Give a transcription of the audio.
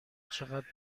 چقدر